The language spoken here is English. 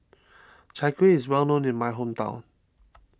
Chai Kueh is well known in my hometown